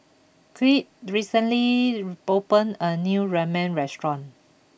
Kirt recently opened a new Ramen restaurant